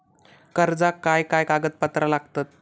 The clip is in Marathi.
कर्जाक काय काय कागदपत्रा लागतत?